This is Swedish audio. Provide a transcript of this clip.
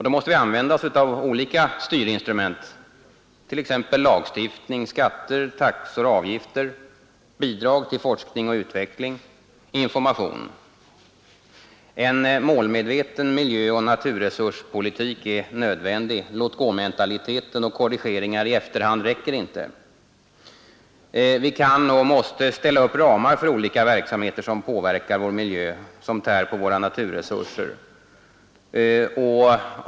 Då måste vi använda olika styrinstrument, t.ex. lagstiftning, skatter, taxor, avgifter, bidrag till forskning och utveckling samt information. En målmedveten miljöoch naturresurspolitik är nödvändig. Låtgåmentaliteten och korrigeringar i efterhand räcker inte. Vi kan och måste ställa upp ramar för olika verksamheter som påverkar vår miljö och som tär på våra naturresurser.